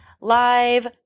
live